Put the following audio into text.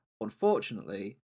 Unfortunately